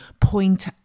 point